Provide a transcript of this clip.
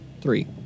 Three